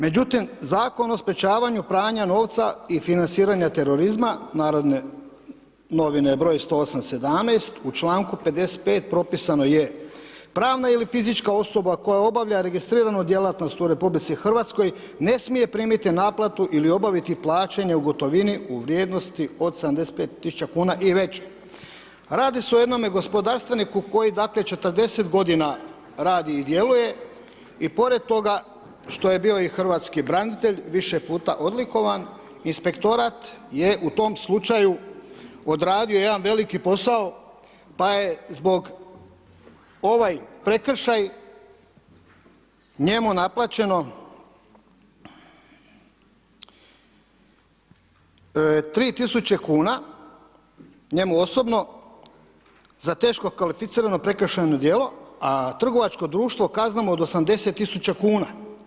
Međutim, Zakon o sprječavanju pranja novca i financiranje terorizma „Narodne novine“, br. 108/17. u članku 55. propisano je: „Pravna ili fizička osoba koja obavlja registriranu djelatnost u Republici Hrvatskoj ne smije primiti naplatu ili obaviti plaćanje u gotovini u vrijednosti od 75 tisuća kuna i veće.“ Radi se o jednome gospodarstveniku koji dakle 40 godina radi i djeluje i pored toga što je bio i hrvatski branitelj više puta odlikovan, inspektorat je u tom slučaju odradio jedan veliki posao, pa je zbog ovaj prekršaj njemu naplaćeno 3 tisuće kuna njemu osobno za teško kvalificirano prekršajno djelo, a trgovačko društvo kaznom od 70 tisuća kuna.